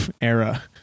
era